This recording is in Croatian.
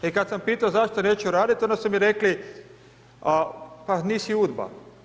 I kada sam pitao zašto neću raditi, onda su mi rekli, pa nisi UDBA.